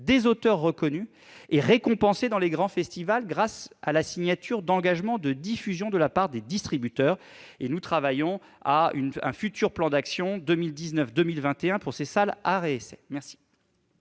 des auteurs reconnus et récompensés dans les grands festivals, grâce à la signature d'engagements de diffusion par les distributeurs. Nous travaillons à un futur plan d'action 2019-2021 pour les salles d'art et d'essai. La